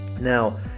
Now